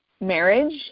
marriage